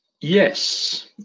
yes